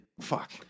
Fuck